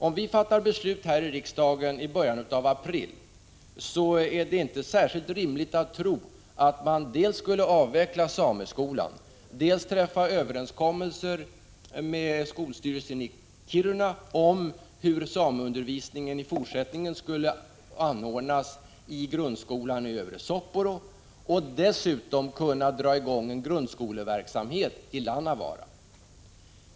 Om vi fattar beslut här i riksdagen i början av april är det inte särskilt rimligt att tro att man dels avvecklar sameskolan, dels träffar överenskommelser med skolstyrelsen i Kiruna om hur sameundervisningen i fortsättningen skall anordnas i grundskolan i Övre Soppero och dels kan dra i gång en grundskoleverksamhet i Lannavaara.